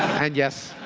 and yes,